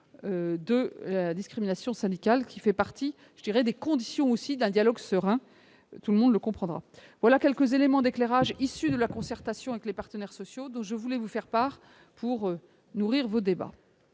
de la discrimination syndicale, qui fait partie des conditions d'un dialogue serein, chacun le comprendra. Voilà quelques éléments d'éclairage issus de la concertation avec les partenaires sociaux dont je voulais vous faire part pour nourrir vos débats.